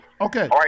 Okay